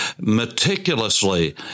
meticulously